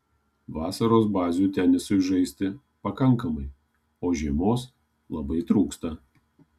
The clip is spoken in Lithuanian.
vasaros bazių tenisui žaisti pakankamai o žiemos labai trūksta